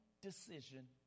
decision